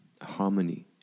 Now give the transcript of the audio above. harmony